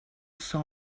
saw